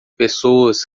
pessoas